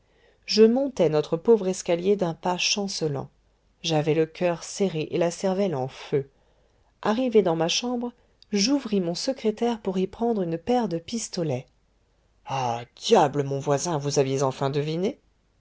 je montais notre pauvre escalier d'un pas chancelant j'avais le coeur serré et la cervelle en feu arrivé dans ma chambre j'ouvris mon secrétaire pour y prendre une paire de pistolets ah diable mon voisin vous aviez enfin deviné